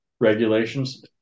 regulations